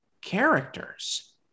characters